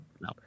No